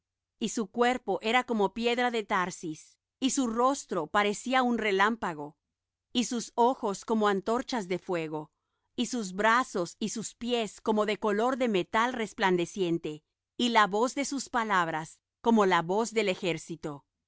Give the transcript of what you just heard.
y su cuerpo era como piedra de tarsis y su rostro parecía un relámpago y sus ojos como antorchas de fuego y sus brazos y sus pies como de color de metal resplandeciente y la voz de sus palabras como la voz de ejército